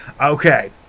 Okay